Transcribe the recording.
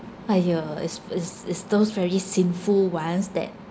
!aiyo! is is is those very sinful ones that